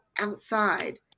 outside